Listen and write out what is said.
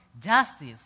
justice